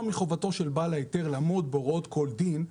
מחובתו של בעל ההיתר לעמוד בהוראות כל דין,